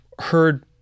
heard